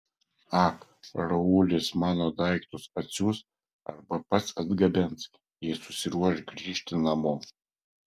ak raulis mano daiktus atsiųs arba pats atgabens jei susiruoš grįžti namo